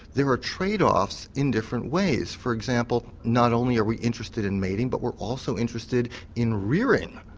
there are trade-offs in different ways for example not only are we interested in mating but we're also interested in rearing,